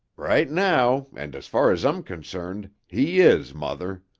right now, and as far as i'm concerned, he is, mother.